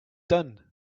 done